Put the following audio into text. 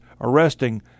arresting